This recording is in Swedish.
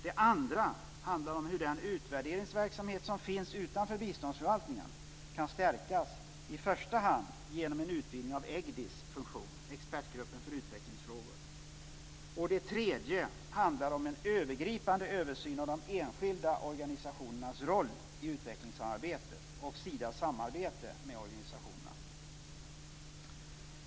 Det andra handlar om hur den utvärderingsverksamhet som finns utanför biståndsförvaltningen kan stärkas, i första hand genom en utvidgning av EG Det tredje handlar om en övergripande översyn av de enskilda organisationernas roll i utvecklingssamarbetet och Sidas samarbete med organisationerna.